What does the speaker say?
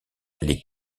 les